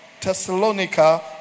Thessalonica